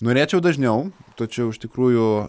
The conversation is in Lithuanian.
norėčiau dažniau tačiau iš tikrųjų